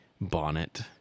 bonnet